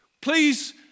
Please